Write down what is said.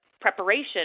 preparation